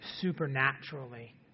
supernaturally